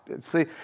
See